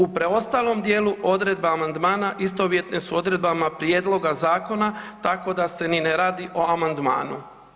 U preostalom dijelu odredbe amandmana istovjetne su odredbama prijedloga zakona tako da se ni ne radi o amandmanu.